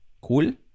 Cool